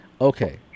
Okay